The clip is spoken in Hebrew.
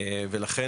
ולכן